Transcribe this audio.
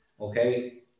okay